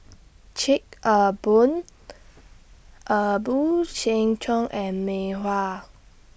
Chic A Boo A Boo Seng Choon and Mei Hua